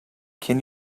can